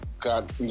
got